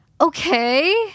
Okay